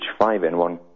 H5N1